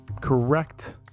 correct